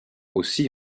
aussi